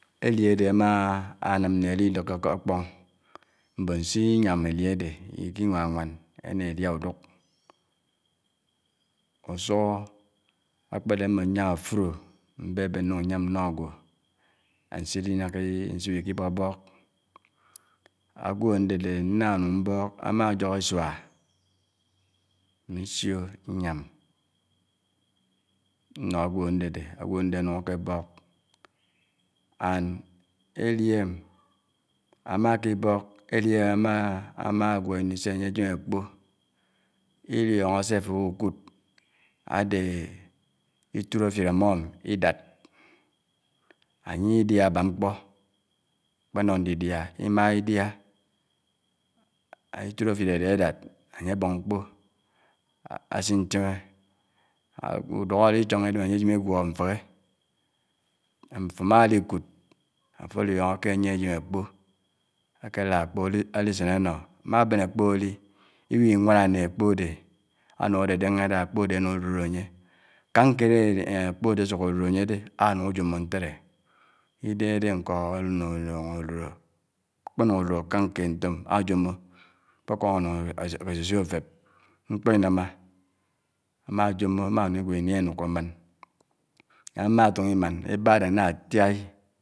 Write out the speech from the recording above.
èli ádè ámánán nè eliluòkè akpòn mbòn si yàm èli ádè ikinwáwán ènè èdiá uduk usuhò ákpèdè mbò yàm áfudò mbèbèn nuk nyàm nnò ágwò ánsinákà usuk ibòbòk ágwò ándèdè nà Nung mbòk ámáyòhò isuá nsiò nyàm nnò ágwò ándèdè ágwò ándèdè ánuk ákè bòk and èlim ámákè bòk èli m ámá ámá gwó ini sé ányè ájèm ákpo ilòngò sé àfò ábukud ádè itud áfid ámò idàd ányè idiàhà ábà ákpènò ndidiá imàghà idià